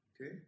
Okay